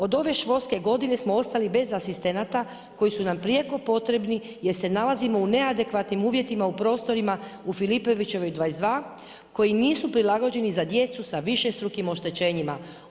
Od ove školske godine smo ostali bez asistenata koji su nam prijeko potrebi jer se nalazimo u neadekvatnim uvjetima, u prostorima u Filipovićevoj 22 koji nisu prilagođeni za djecu s višestrukim oštećenjima.